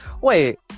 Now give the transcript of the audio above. Wait